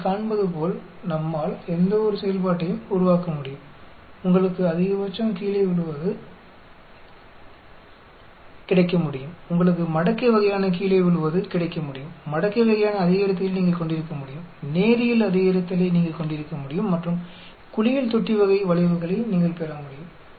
நீங்கள் காண்பதுபோல் நம்மால் எந்தவொரு செயல்பாட்டையும் உருவாக்க முடியும் உங்களுக்கு அதிகபட்சம் கீழே விழுவது கிடைக்கமுடியும் உங்களுக்கு மடக்கை வகையான கீழே விழுவது கிடைக்கமுடியும் மடக்கை வகையான அதிகரித்தலை நீங்கள் கொண்டிருக்க முடியும் நேரியல் அதிகரித்தலை நீங்கள் கொண்டிருக்க முடியும் மற்றும் குளியல் தொட்டி வகை வளைவுகளை நீங்கள் பெற முடியும்